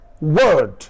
word